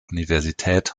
universität